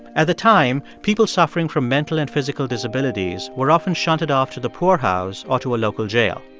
at the time, people suffering from mental and physical disabilities were often shunted off to the poorhouse or to a local jail.